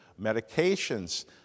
Medications